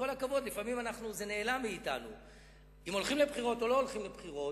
אם הולכים לבחירות או לא הולכים לבחירות,